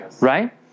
Right